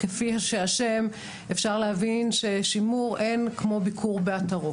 לפי השם אפשר להבין ששימור, אין כמו ביקור באתר.